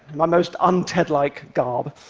my most un-ted-like garb.